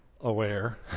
aware